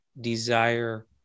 desire